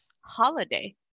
Holiday